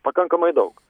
pakankamai daug